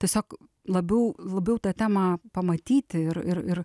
tiesiog labiau labiau tą temą pamatyti ir ir ir